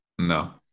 No